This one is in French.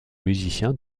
musiciens